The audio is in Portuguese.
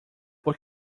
por